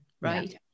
Right